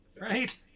Right